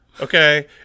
okay